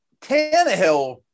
Tannehill